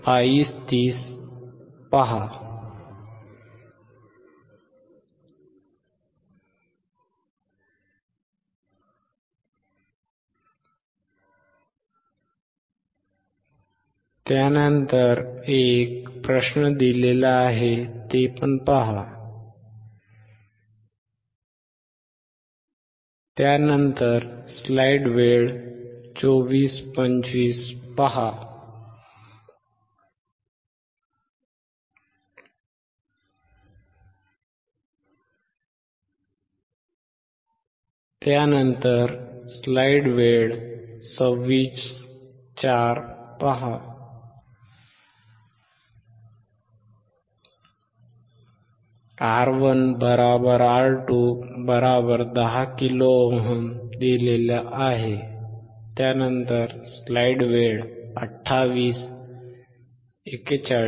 R1 R2 10 kilo ohm